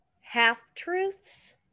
half-truths